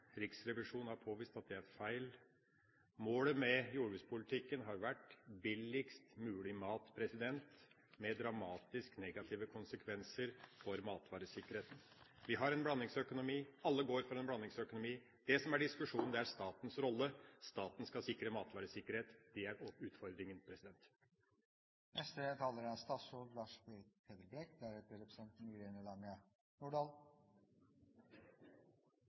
Riksrevisjonen har påvist at det er feil. Målet med jordbrukspolitikken har vært billigst mulig mat, med dramatiske negative konsekvenser for matvaresikkerheten. Vi har en blandingsøkonomi. Alle går for en blandingsøkonomi. Det som det er diskusjon om, er statens rolle. Staten skal sikre matvaresikkerhet – det er utfordringa. Representanten